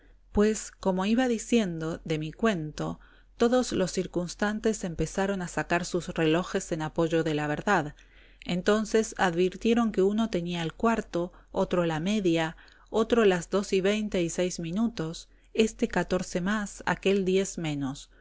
pues como iba diciendo de mi cuento todos los circunstantes empezaron a sacar sus relojes en apoyo de la verdad entonces advirtieron que uno tenía el cuarto otro la media otro las dos y veinte y seis minutos éste catorce más aquél diez menos